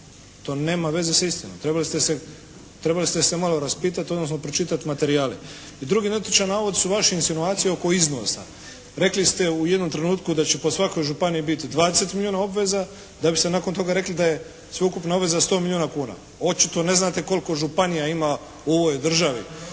to nema veze sa istinom. Trebali ste se malo raspitati odnosno pročitati materijale. I drugi netočan navod su vaše insinuacije oko iznosa. Rekli ste u jednom trenutku da će po svakoj županiji biti 20 milijuna obveza, da biste nakon toga rekli da je sveukupna obveza 100 milijuna kuna. Očito ne znate koliko županija ima u ovoj državi.